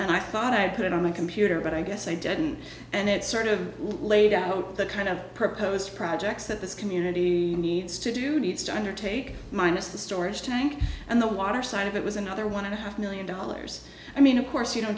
and i thought i'd put it on my computer but i guess i didn't and it sort of laid out the kind of proposed projects that this community needs to do needs to undertake minus the storage tank and the water side of it was another one and a half million dollars i mean of course you